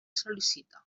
sol·licita